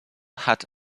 hat